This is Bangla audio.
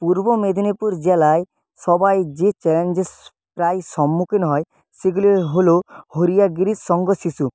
পূর্ব মেদিনীপুর জেলায় সবাই যে চ্যালেঞ্জের স প্রায়ই সম্মুখীন হয় সেগুলি হলো হরিয়া গিরিশ সঙ্ঘ শিশু